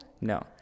No